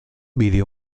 video